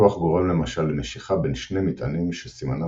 הכוח גורם למשל למשיכה בין שני מטענים שסימנם